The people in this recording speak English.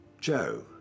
Joe